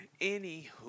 Anywho